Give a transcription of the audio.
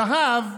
זה"ב,